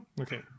Okay